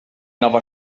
nova